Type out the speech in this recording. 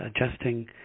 adjusting